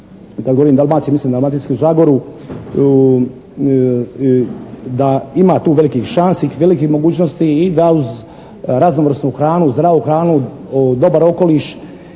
da ima tu velikih šansi, velikih mogućnosti i da uz raznovrsnu hranu, zdravu hranu, dobar okoliš